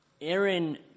Aaron